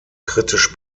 kritisch